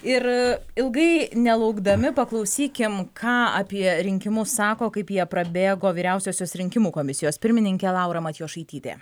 ir ilgai nelaukdami paklausykim ką apie rinkimus sako kaip jie prabėgo vyriausiosios rinkimų komisijos pirmininkė laura matjošaitytė